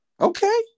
Okay